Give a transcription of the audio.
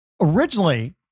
originally